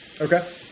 Okay